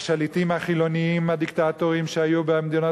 השליטים החילונים הדיקטטורים שהיו במדינות